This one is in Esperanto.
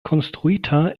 konstruita